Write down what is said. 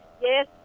Yes